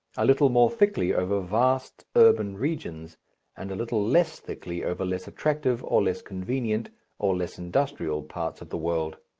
a little more thickly over vast urban regions and a little less thickly over less attractive or less convenient or less industrial parts of the world.